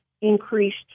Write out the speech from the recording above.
increased